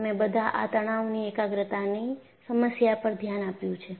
તમે બધા આ તણાવની એકાગ્રતાની સમસ્યા પર ધ્યાન આપ્યું છે